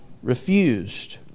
refused